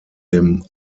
dem